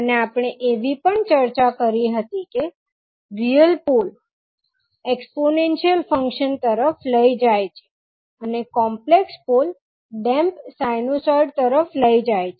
અને આપણે એવી પણ ચર્ચા કરી હતી કે રિયલ પોલ એક્સપોનેન્શીયલ ફંકશન તરફ લઈ જાય છે અને કોમ્પલેક્સ પોલ ડેમ્પ્ સાઇનુસોઇડ તરફ લઈ જાય છે